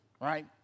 Right